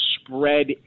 spread